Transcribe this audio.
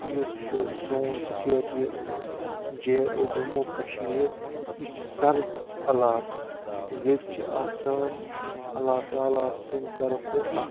یُس چھُ سون سِٹیٹ یہِ جے جموں کشمیٖر یہِ چھُ سرد علاقہٕ ییٚتہِ چھُ آسان اللہ تعلیٰ سٕنٛدِ طرفہٕ اَکھ